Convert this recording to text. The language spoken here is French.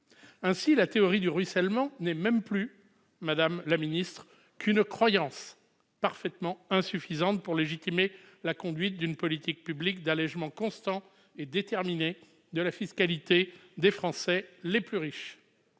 Ainsi, la théorie du ruissellement n'est plus, madame la secrétaire d'État, qu'une croyance parfaitement insuffisante pour légitimer la conduite d'une politique publique d'allégement constant et déterminé de la fiscalité des Français les plus riches.